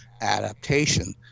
adaptation